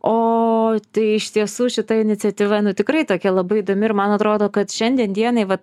o tai iš tiesų šita iniciatyva nu tikrai tokia labai įdomi ir man atrodo kad šiandien dienai va